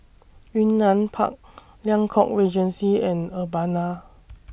Yunnan Park Liang Court Regency and Urbana